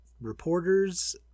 reporters